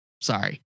sorry